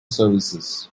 services